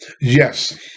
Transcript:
Yes